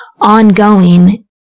ongoing